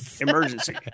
Emergency